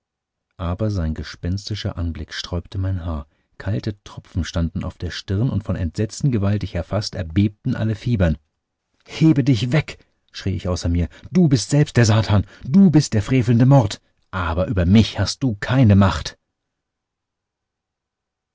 aber sein gespenstischer anblick sträubte mein haar kalte tropfen standen auf der stirn und von entsetzen gewaltig erfaßt erbebten alle fibern hebe dich weg schrie ich außer mir du bist selbst der satan du bist der frevelnde mord aber über mich hast du keine macht